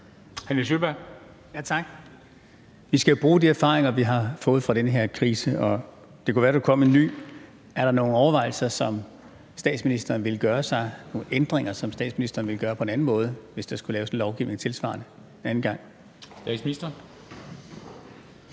Vi skal bruge de erfaringer, vi har fået fra den her krise. Det kunne jo være, der kom en ny. Er der nogle overvejelser om ændringer, som statsministeren vil gøre sig, eller noget, som statsministeren vil gøre på en anden måde, hvis der skulle laves en tilsvarende